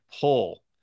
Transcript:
pull